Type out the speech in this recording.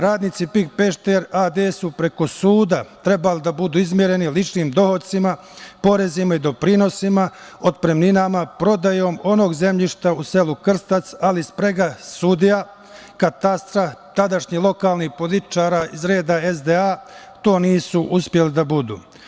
Radnici „PIK Pešter AD“ su preko suda trebali da budu izmireni ličnim dohocima, porezima i doprinosima, otpremninama, prodajom onog zemljišta u selu Krstac, ali sprega sudija, Katastra, tadašnjih lokalnih političara iz reda SDA to nisu uspeli da budu.